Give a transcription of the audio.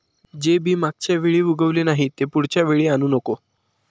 जे बी मागच्या वेळी उगवले नाही, ते पुढच्या वेळी आणू नको